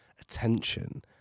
attention